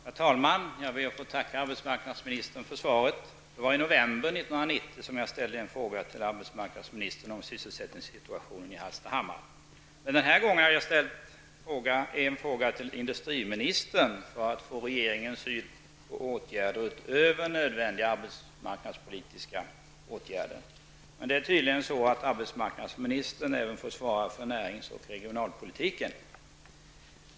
Herr talman! Jag ber att få tacka arbetsmarknadsministern för svaret. Det var i november 1990 jag ställde en fråga till arbetsmarknadsministern om sysselsättningssituationen i Hallstahammar. Den här gången hade jag emellertid ställt en fråga till industriministern för att få regeringens syn på vilka åtgärder som är nödvändiga utöver de arbetsmarknadspolitiska. Men arbetsmarknadsministern får tydligen svara även för närings och regionalpolitiken.